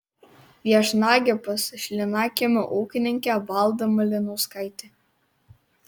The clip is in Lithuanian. viešnagė pas šlynakiemio ūkininkę valdą malinauskaitę